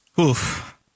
Oof